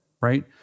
right